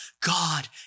God